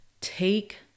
take